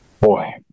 Boy